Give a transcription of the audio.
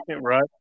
Right